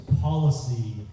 policy